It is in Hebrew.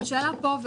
השאלה פה,